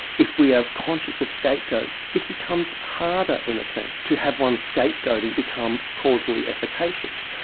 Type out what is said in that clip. if we are conscious of scapegoats, it becomes harder in a sense, to have one's scapegoat and become causally efficacious.